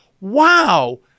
wow